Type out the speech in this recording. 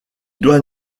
doit